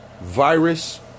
Virus